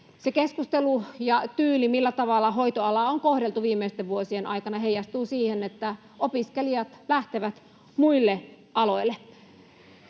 keskustelu ja tyyli, millä tavalla hoitoalaa on kohdeltu viimeisten vuosien aikana, heijastuu siihen, että opiskelijat lähtevät muille aloille.